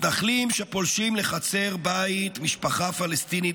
מתנחלים שפולשים לחצר בית משפחה פלסטינית